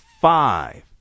five